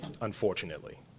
Unfortunately